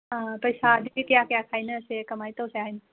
ꯑꯥ ꯄꯩꯁꯥꯗꯤ ꯀꯌꯥ ꯀꯌꯥ ꯈꯥꯏꯅꯁꯦ ꯀꯃꯥꯏ ꯇꯧꯁꯦ ꯍꯥꯏꯅꯣ